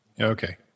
Okay